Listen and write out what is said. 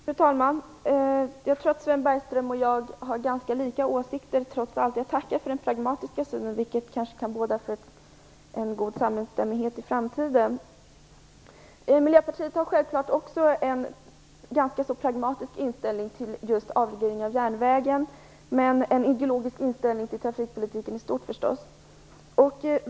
Fru talman! Jag tror att Sven Bergström och jag har ganska lika åsikter. Jag tackar för den pragmatiska synen. Den kan kanske båda för en god samstämmighet i framtiden. Miljöpartiet har självfallet också en ganska så pragmatisk inställning till just avregleringen av järnvägen men förstås en ideologisk inställning till trafikpolitiken i stort.